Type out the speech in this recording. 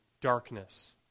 darkness